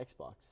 Xbox